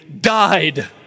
died